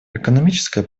экономическое